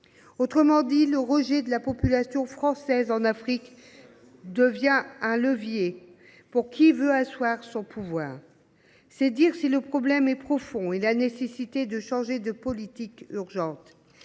Autrement dit, le rejet de la politique française en Afrique devient un levier pour qui veut asseoir son pouvoir. C’est dire si le problème est profond et la nécessité de changer de politique urgente.